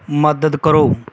ਮਦਦ ਕਰੋ